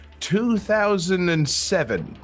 2007